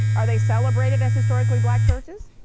are they celebrated as historically black churches,